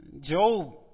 Job